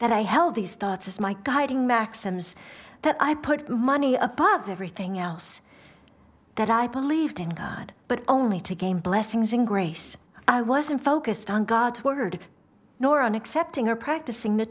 that i held these thoughts as my guiding maxims that i put money above everything else that i believed in god but only to gain blessings in grace i wasn't focused on god's word nor on accepting or practicing the